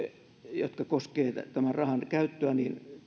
jotka koskevat tämän rahan käyttöä